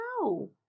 no